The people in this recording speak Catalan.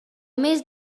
mes